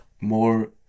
more